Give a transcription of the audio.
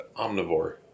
omnivore